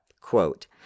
quote